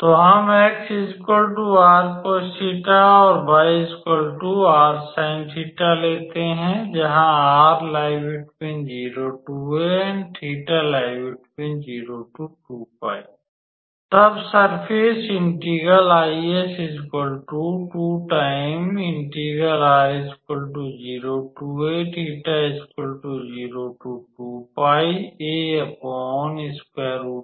तो हम 𝑥 𝑟cos𝜃 और 𝑦 𝑟sin𝜃 जहाँ 0≤𝑟≤𝑎 तथा 0≤𝜃≤2𝜋 को रखते हैं तब सर्फ़ेस इंटेग्रल